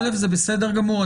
קודם כל זה בסדר גמור,